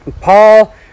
Paul